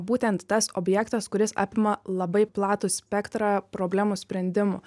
būtent tas objektas kuris apima labai platų spektrą problemų sprendimų